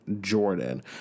jordan